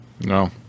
No